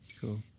cool